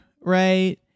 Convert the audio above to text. Right